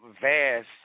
vast